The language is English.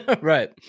right